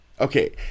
okay